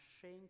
shame